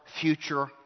future